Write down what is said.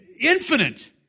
infinite